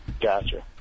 Gotcha